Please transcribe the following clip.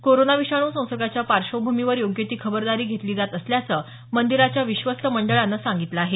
corona विषाणू संसर्गाच्या पार्श्वभूमीवर योग्य ती खबरदारी घेतली जात असल्याचं मंदिराच्या विश्वस्त मंडळानं सांगितलं आहे